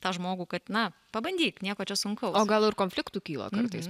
tą žmogų kad na pabandyk nieko čia sunkaus o gal ir konfliktų kyla kartais